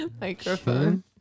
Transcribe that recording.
microphone